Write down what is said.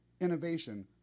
innovation